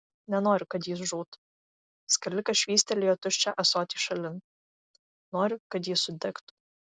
nenoriu kad jis žūtų skalikas švystelėjo tuščią ąsotį šalin noriu kad jis sudegtų